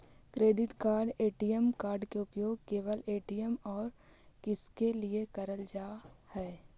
Credit card ATM card के उपयोग केवल ए.टी.एम और किसके के लिए करल जा है?